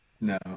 no